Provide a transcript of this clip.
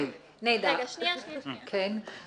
חשיבות מאוד גדולה